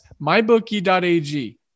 mybookie.ag